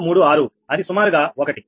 02436 అది సుమారుగా 1